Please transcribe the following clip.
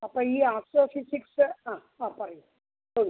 അപ്പോൾ ഈ ആസ്ട്രോഫിസിക്സ് ആ ആ പറയൂ